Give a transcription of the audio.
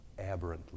aberrantly